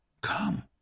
Come